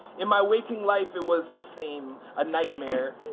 in my waking life it was the same, a nightmare.